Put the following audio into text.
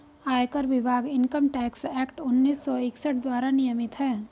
आयकर विभाग income tax act उन्नीस सौ इकसठ द्वारा नियमित है